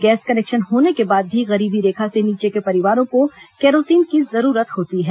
gas connection होने के बाद भी गरीबी रेखा से नीचे के परिवारों को कैरोसिन की जरूरत होती है